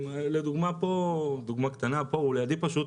דוגמה קטנה, הוא יושב לידי פשוט,